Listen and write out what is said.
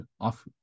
off